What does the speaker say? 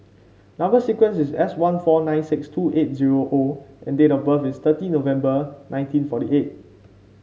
number sequence is S one four nine six two eight zero O and date of birth is thirty November nineteen forty eight